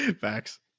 Facts